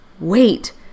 Wait